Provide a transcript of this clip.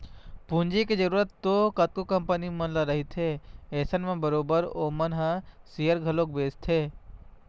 पूंजी के जरुरत तो कतको कंपनी मन ल रहिथे अइसन म बरोबर ओमन ह सेयर घलोक बेंचथे